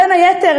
בין היתר,